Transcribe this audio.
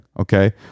okay